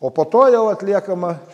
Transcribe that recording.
o po to jau atliekama